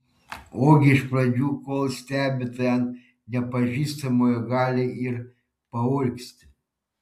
ogi iš pradžių kol stebi tai ant nepažįstamojo gali ir paurgzti